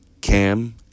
Cam